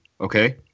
okay